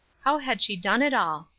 how had she done it all?